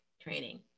training